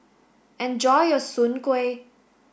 enjoy your Soon Kway